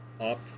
up